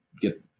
get